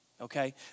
Okay